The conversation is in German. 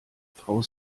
frau